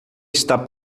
está